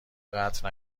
قطع